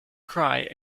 cry